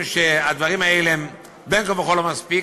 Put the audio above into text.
שהדברים האלה הם בין כה וכה לא מספיקים,